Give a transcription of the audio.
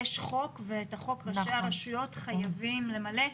יש חוק ואת החוק ראשי הרשויות חייבים למלא.